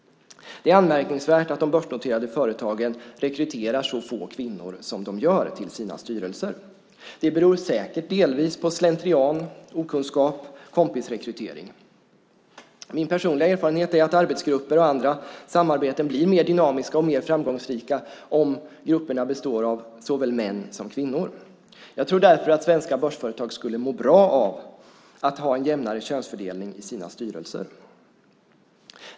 Det är anmärkningsvärt att de börsnoterade företagen rekryterar så få kvinnor som de gör till sina styrelser. Det beror säkert delvis på slentrian, okunskap och kompisrekrytering. Min personliga erfarenhet är att arbetsgrupper och andra samarbeten blir mer dynamiska och mer framgångsrika om grupperna består av såväl män som kvinnor. Jag tror därför att svenska börsföretag skulle må bra av att ha en jämnare könsfördelning i sina styrelser.